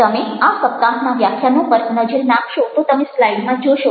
તમે આ સપ્તાહના વ્યાખ્યાનો પર નજર નાખશો તો તમે સ્લાઈડમાં જોશો